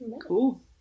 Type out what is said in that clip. Cool